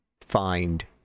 find